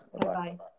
Bye-bye